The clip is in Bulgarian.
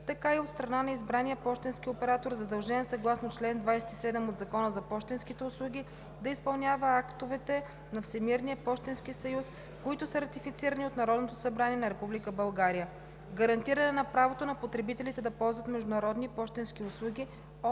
така и от страна на избрания пощенския оператор, задължен съгласно чл. 27 от Закона за пощенските услуги да изпълнява актовете на Всемирния пощенски съюз, които са ратифицирани от Народното събрание на Република България; - гарантиране на правото на потребителите да ползват международни пощенски услуги